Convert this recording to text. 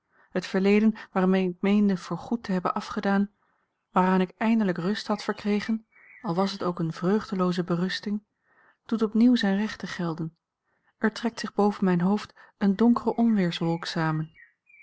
het verleden waarmee ik meende voorgoed te hebben a l g bosboom-toussaint langs een omweg afgedaan waaraan ik eindelijk rust had verkregen al was het ook eene vreugdelooze berusting doet opnieuw zijne rechten gelden er trekt zich boven mijn hoofd eene donkere onweerswolk samen